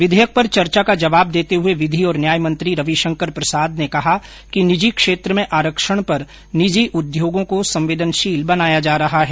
विधेयक पर चर्चा का जवाब देते हुए विधि और न्याय मंत्री रविशंकर प्रसाद ने कहा कि निजी क्षेत्र में आरक्षण पर निजी उर्द्योगों को संवेदनशील बनाया जा रहा है